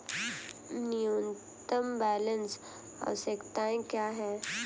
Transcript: न्यूनतम बैलेंस आवश्यकताएं क्या हैं?